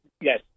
yes